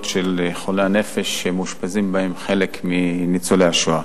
של חולי הנפש שמאושפזים בהם חלק מניצולי השואה.